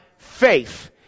faith